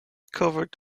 covered